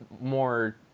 more